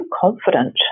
confident